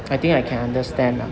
I think I can understand ah